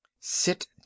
sit